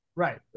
right